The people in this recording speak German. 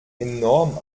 enorm